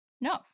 No